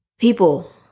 People